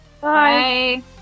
Bye